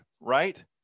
right